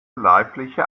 leibliche